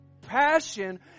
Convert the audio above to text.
passion